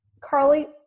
Carly